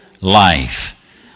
life